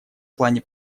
плане